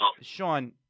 Sean